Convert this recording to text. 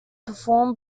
performed